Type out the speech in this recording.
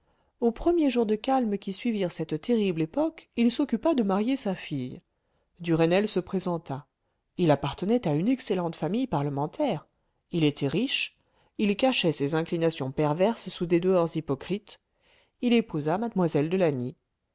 aux premiers jours de calme qui suivirent cette terrible époque il s'occupa de marier sa fille duresnel se présenta il appartenait à une excellente famille parlementaire il était riche il cachait ses inclinations perverses sous des dehors hypocrites il épousa mlle de lagny